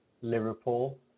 Liverpool